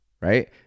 right